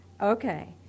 Okay